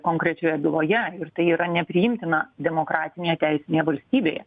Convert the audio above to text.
konkrečioje byloje ir tai yra nepriimtina demokratinėje teisinėje valstybėje